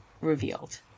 revealed